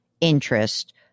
interest